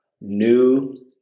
new